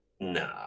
Nah